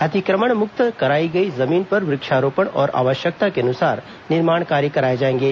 अतिक्रमण मुक्त कराई गई जमीन पर वृक्षारोपण और आवश्यकता के अनुसार निर्माण कार्य कराये जाएंगे